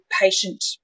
patient